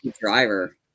driver